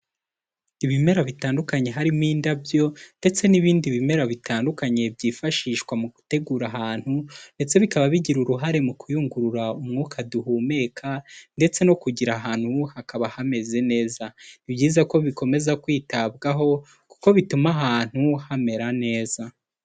Ibimera bitandukanye harimo indabyo ndetse n'ibindi bimera bitandukanye byifashishwa mu gutegura ahantu ndetse bikaba bigira uruhare mu kuyungurura umwuka duhumeka ndetse no kugira ahantu hakaba hameze neza, ni byiza ko bikomeza kwitabwaho kuko bituma ahantu hamera neza.